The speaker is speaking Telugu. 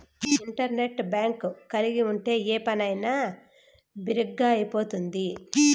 ఇంటర్నెట్ బ్యాంక్ కలిగి ఉంటే ఏ పనైనా బిరిగ్గా అయిపోతుంది